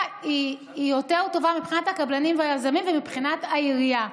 היא יותר טובה מבחינת הקבלנים והיזמים ומבחינת העירייה,